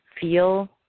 feel